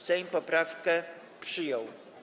Sejm poprawkę przyjął.